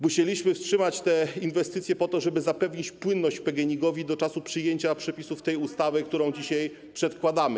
Musieliśmy wstrzymać te inwestycje po to, żeby zapewnić płynność PGNiG-owi do czasu przyjęcia przepisów tej ustawy, którą dzisiaj przedkładamy.